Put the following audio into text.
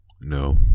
No